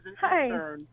Hi